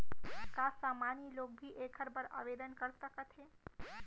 का सामान्य लोग भी एखर बर आवदेन कर सकत हे?